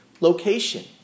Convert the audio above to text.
location